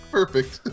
perfect